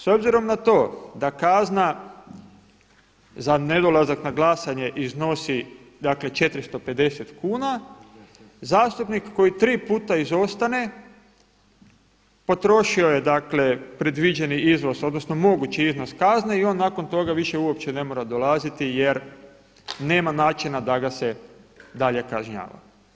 S obzirom na to da kazna za nedolazak na glasanje iznosi 450 kuna, zastupnik koji tri puta izostane potrošio je predviđeni iznos odnosno mogući iznos kazne i on nakon toga više uopće ne mora dolaziti jer nema načina da ga se dalje kažnjava.